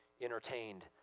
entertained